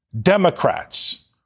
Democrats